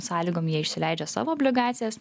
sąlygom jie išleidžia savo obligacijas